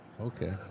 Okay